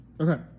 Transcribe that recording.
Okay